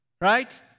right